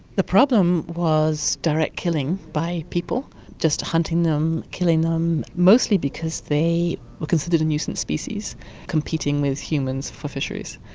the problem was direct killing by people, just hunting them, killing them, mostly because they were considered a nuisance species competing with humans for fisheries.